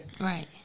Right